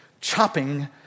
chopping